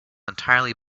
entirely